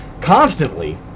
constantly